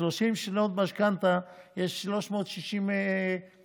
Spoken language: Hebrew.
ב-30 שנות משכנתה יש 360 חודשים.